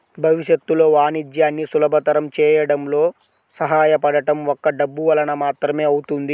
భవిష్యత్తులో వాణిజ్యాన్ని సులభతరం చేయడంలో సహాయపడటం ఒక్క డబ్బు వలన మాత్రమే అవుతుంది